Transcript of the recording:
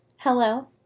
Hello